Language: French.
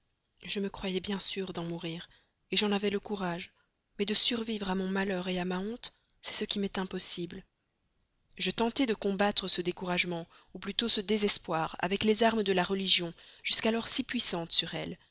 je me croyais bien sûre d'en mourir j'en avais le courage mais de survivre à mon malheur à ma honte c'est ce qui m'est impossible je tentai de combattre ce découragement ou plutôt ce désespoir avec les armes de la religion jusqu'alors si puissantes sur elle